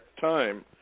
time